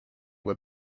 were